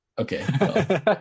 Okay